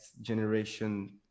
generation